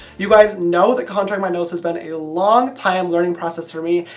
you guys know that contouring my nose has been a long time learning process for me,